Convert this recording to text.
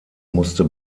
musste